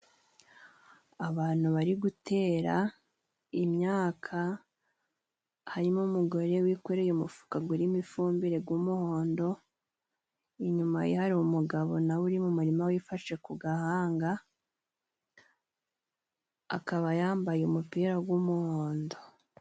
Abantu bari gutera imyaka harimo umugore wikoreye umufuka gurimo ifumbire g'umuhondo, inyuma ye hari umugabo nawe uri mu murima wifashe ku gahanga akaba yambaye umupira g'umuhondo.